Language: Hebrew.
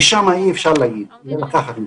משם אי אפשר להגיד ולקחת נתונים.